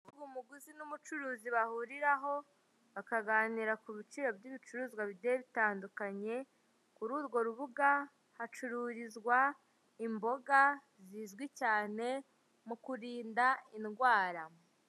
Umuguzi n'umucuruzi bahuriraho, bakaganira ku biciro by'ibicuruzwa bigiye bitandukanye, kuri urwo rubuga hacururizwa imboga zizwi cyane mu kurinda indwara.